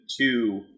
two